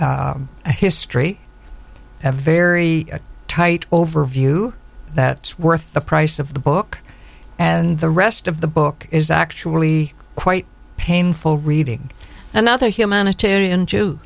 is history have a very tight overview that's worth the price of the book and the rest of the book is actually quite painful reading another humanitarian